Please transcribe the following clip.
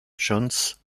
jones